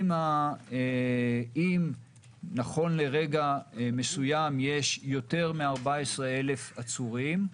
אם נכון לרגע מסוים יש יותר מ-14,000 עצורים,